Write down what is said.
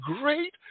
Great